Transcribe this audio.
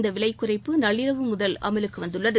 இந்த விலைக்குறைப்பு நள்ளிரவு முதல் அமலுக்கு வந்துள்ளது